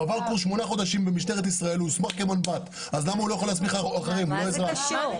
מה זה קשור?